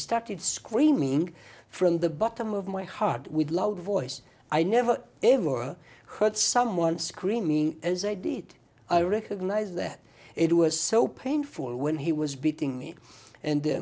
started screaming from the bottom of my heart with loud voice i never ever heard someone screaming as i did i recognize that it was so painful when he was beating me and